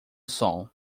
som